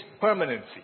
permanency